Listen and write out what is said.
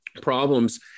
problems